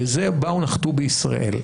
באו ונחתו בישראל.